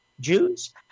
Jews